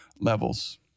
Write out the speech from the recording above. levels